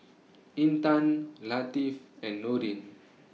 Intan Latif and Nudin